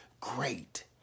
great